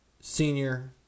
Senior